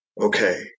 okay